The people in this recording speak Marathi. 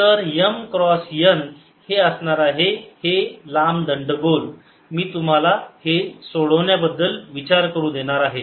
तर M क्रॉस n हे असणार आहे हे लांब दंडगोल मी तुम्हाला हे सोडण्याबद्दल विचार करू देणार आहे